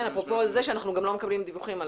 כן, זה אפרופו שאנחנו לא מקבלים דיווחים.